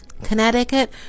Connecticut